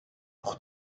pour